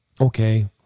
Okay